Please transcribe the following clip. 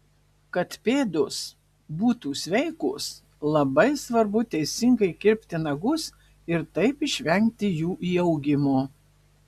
kad pėdos būtų sveikos labai svarbu teisingai kirpti nagus ir taip išvengti jų įaugimo